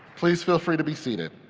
please feel free to be seated.